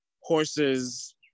horses